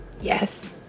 yes